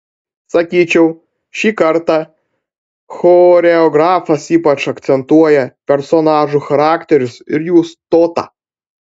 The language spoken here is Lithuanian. sakyčiau šį kartą choreografas ypač akcentuoja personažų charakterius ir jų stotą